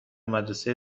مدرسه